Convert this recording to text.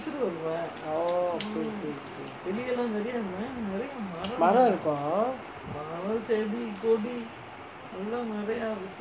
oh okay மரம் இருக்கும்:maram irukkum